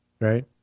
right